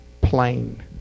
plain